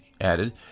added